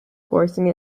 forcing